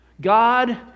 God